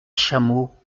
chameau